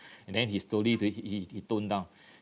and then he slowly to he he he toned down